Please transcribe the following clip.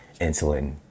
insulin